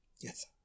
Yes